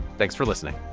thanks for listening